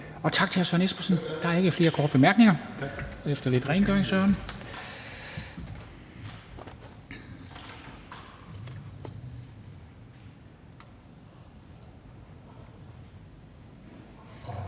Tak til hr. Søren Espersen. Der er ikke flere korte bemærkninger. Efter lidt rengøring er